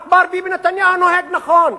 רק מר ביבי נתניהו נוהג נכון.